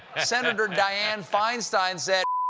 senator dianne feinstein said,